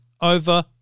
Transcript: over